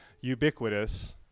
ubiquitous